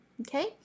Okay